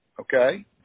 okay